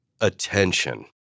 attention